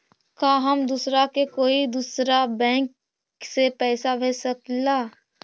का हम दूसरा के कोई दुसरा बैंक से पैसा भेज सकिला?